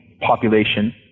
population